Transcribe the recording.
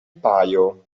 paio